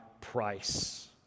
price